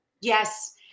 Yes